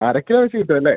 അര കിലോ വച്ച് കിട്ടുമല്ലേ